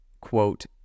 quote